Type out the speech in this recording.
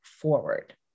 forward